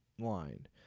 line